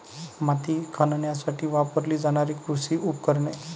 माती खणण्यासाठी वापरली जाणारी कृषी उपकरणे